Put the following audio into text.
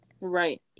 Right